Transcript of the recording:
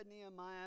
Nehemiah